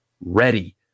ready